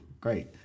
great